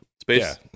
space